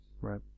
right